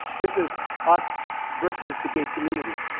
this is us versus the gay community.